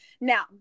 Now